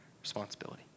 responsibility